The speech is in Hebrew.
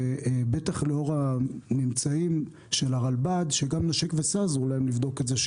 ובטח לאור הממצאים של הרלב"ד שגם 'נשק וסע' עזרו להם לבדוק את זה,